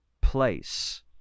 place